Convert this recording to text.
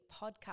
podcast